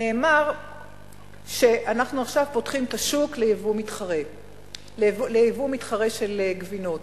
נאמר שאנחנו עכשיו פותחים את השוק ליבוא מתחרה של גבינות.